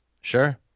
Sure